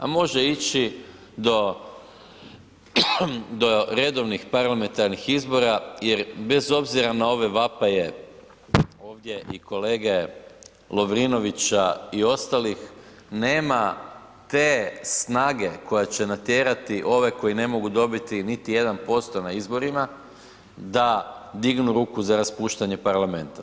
A može ići do redovnih parlamentarnih izbora jer bez obzira na ove vapaje ovdje i kolege Lovrinovića i ostalih, nema te snage koja će natjerati ove koji ne mogu dobiti niti 1% na izborima da dignu ruku za raspuštanje parlamenta.